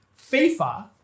FIFA